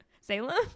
Salem